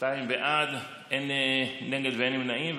שניים בעד, אין נגד ואין נמנעים.